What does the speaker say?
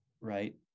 right